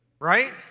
Right